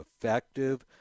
effective